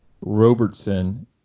Robertson